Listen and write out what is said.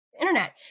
internet